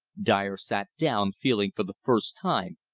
dyer sat down, feeling, for the first time,